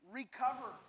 recover